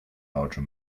larger